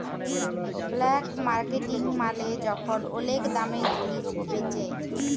black marketing মালে যখল ওলেক দামে জিলিস বেঁচে